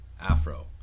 afro